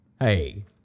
Hey